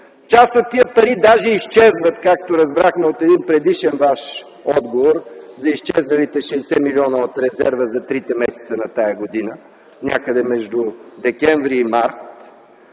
Част от тези пари даже изчезват, както разбрахме от предишен Ваш отговор за изчезналите 60 милиона от резерва за трите месеца на тази година някъде между декември и март,